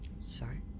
sorry